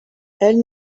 elle